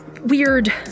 weird